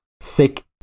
sick